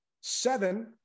Seven